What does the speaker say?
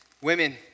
Women